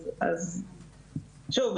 אז שוב,